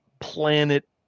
planet